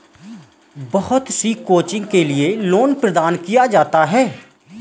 बहुत सी कोचिंग के लिये लोन प्रदान किया जाता है